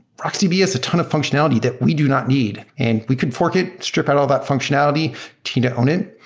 rocksdb has a ton of functionality that we do not need, and we couldn't fork it, strip out all that functionality to and own it.